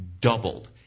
doubled